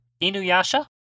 Inuyasha